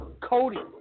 Cody